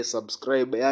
Subscribe